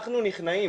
אנחנו נכנעים.